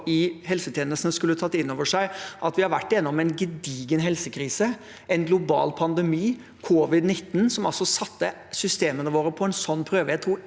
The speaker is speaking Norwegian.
i helsetjenesten, skulle ha tatt innover seg at vi har vært gjennom en gedigen helsekrise, en global pandemi – covid-19, som altså satte systemene våre på en prøve